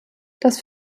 das